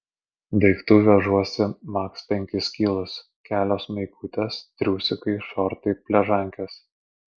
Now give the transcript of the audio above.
daiktų vežuosi maks penkis kilus kelios maikutės triusikai šortai pležankės